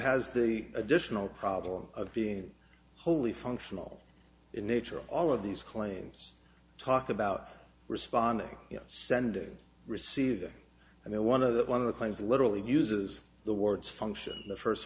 has the additional problem of being wholly functional in nature all of these claims talk about responding sending receiving and then one of the one of the claims literally uses the words function the first